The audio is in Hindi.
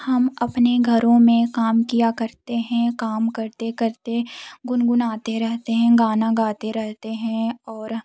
हम अपने घरों में किया करते हैं काम करते करते गुनगुनाते रहते हैं गाना गाते रहते हैं और